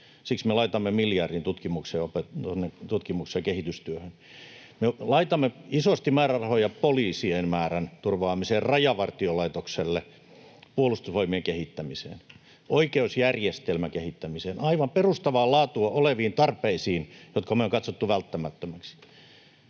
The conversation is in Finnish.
Siksi me laitamme miljardin tutkimus- ja kehitystyöhön. Me laitamme isosti määrärahoja poliisien määrän turvaamiseen, Rajavartiolaitokselle, Puolustusvoimien kehittämiseen, oikeusjärjestelmän kehittämiseen — aivan perustavaa laatua oleviin tarpeisiin, jotka me ollaan katsottu välttämättömiksi.